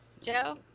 Joe